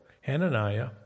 Hananiah